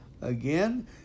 again